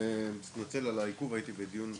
בי.טי והתחום ההוליסטי ומה שאמרת על שמחה